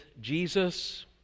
Jesus